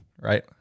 right